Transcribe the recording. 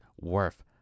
worth